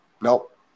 Nope